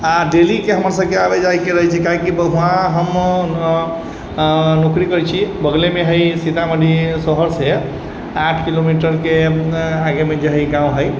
आ डेली के हमर सभके आबै जाइके रहै छै काहेकि वहाँ हम नौकरी करै छियै बगलेमे हइ सीतामढ़ी शहरसँ आठ किलोमीटरके आगे एक गाँव हइ